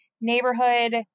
neighborhood